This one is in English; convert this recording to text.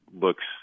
looks